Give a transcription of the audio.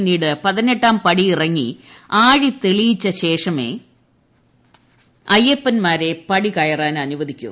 പിന്നീട് പതിനെട്ടാം പടിയിറങ്ങി ആഴി തെളിച്ചശേഷമേ അയ്യപ്പന്മാരെ പടികയറാൻ അനുവദിക്കൂ